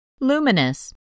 Luminous